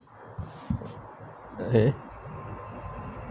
okay